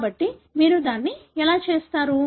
కాబట్టి మీరు దీన్ని ఎలా చేస్తారు